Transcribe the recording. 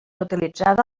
utilitzada